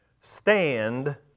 stand